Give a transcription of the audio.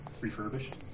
refurbished